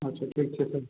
अच्छा ठीक छै सर